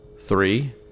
Three